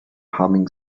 humming